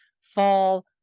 fall